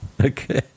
Okay